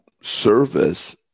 service